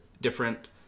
different